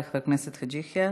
תודה רבה לחבר הכנסת חאג' יחיא.